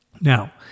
Now